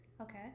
Okay